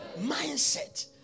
Mindset